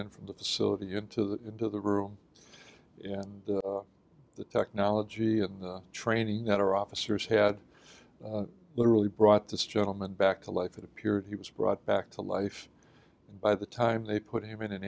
in from the facility into the into the room and the technology and training that our officers had literally brought this gentleman back to life it appeared he was brought back to life and by the time they put him in an